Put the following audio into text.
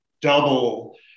double